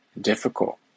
difficult